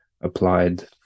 applied